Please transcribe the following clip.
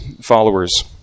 followers